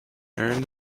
early